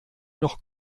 noch